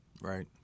Right